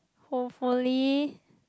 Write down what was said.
hopefully